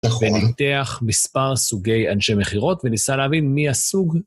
נכון. וניתח מספר סוגי אנשי מכירות וניסה להבין מי הסוג.